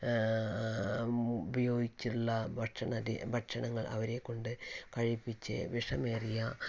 ഉപയോഗിച്ചുള്ള ഭക്ഷണരീ ഭക്ഷണങ്ങൾ അവരെ കൊണ്ട് കഴിപ്പിച്ച് വിഷമേറിയ